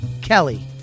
Kelly